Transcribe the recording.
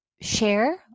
share